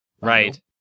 right